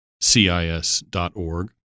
cis.org